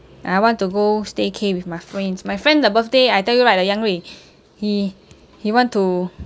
I want to go staycay with my friends my friend the birthday I tell you right the yang rui he he want to